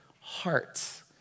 hearts